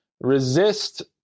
resist